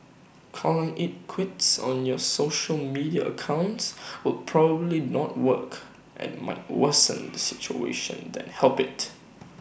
calling IT quits on your social media accounts will probably not work and might worsen the situation than help IT